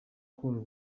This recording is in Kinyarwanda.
call